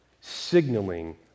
signaling